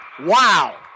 Wow